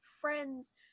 friends